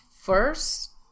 First